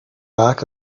back